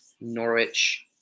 Norwich